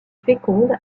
féconde